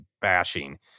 bashing